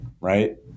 right